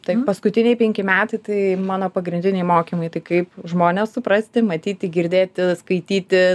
tai paskutiniai penki metai tai mano pagrindiniai mokymai tai kaip žmones suprasti matyti girdėti skaityti